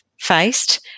faced